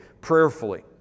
prayerfully